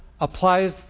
applies